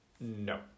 no